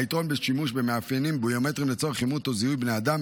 היתרון בשימוש במאפיינים ביומטריים לצורך אימות או זיהוי בני אדם,